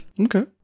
Okay